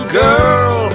girl